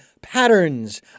patterns